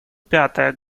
пятое